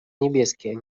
niebieskie